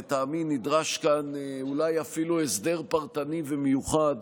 לטעמי, נדרש כאן אולי אפילו הסדר פרטני ומיוחד